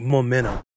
Momentum